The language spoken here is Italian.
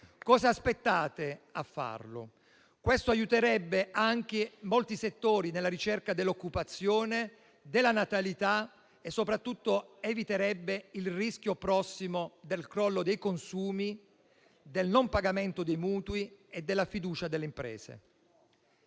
Cosa aspettate a farlo? Questo aiuterebbe anche molti settori nella ricerca dell'occupazione, favorirebbe la natalità e soprattutto eviterebbe il rischio prossimo del crollo dei consumi, del mancato pagamento dei mutui e della sfiducia delle imprese.